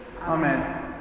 Amen